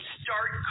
start